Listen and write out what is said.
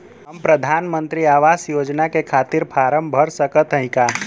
हम प्रधान मंत्री आवास योजना के खातिर फारम भर सकत हयी का?